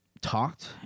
talked